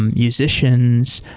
musicians,